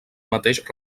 mateix